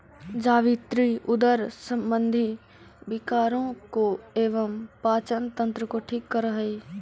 जावित्री उदर संबंधी विकारों को एवं पाचन तंत्र को ठीक करअ हई